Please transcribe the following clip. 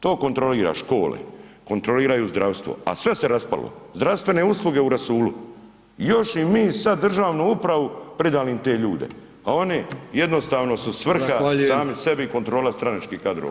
To kontrolira škole, kontroliraju zdravstvo, a sve se raspalo, zdravstvene usluge u rasulu još i mi sad državnu upravu pridali im te ljude, a oni jednostavno su svrha sami sebi [[Upadica: Zahvaljujem.]] i kontrola stranačkih kadrova.